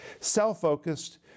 self-focused